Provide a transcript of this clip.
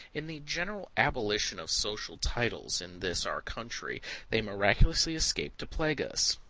in the general abolition of social titles in this our country they miraculously escaped to plague us.